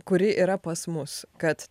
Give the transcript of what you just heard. kuri yra pas mus kad